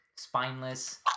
spineless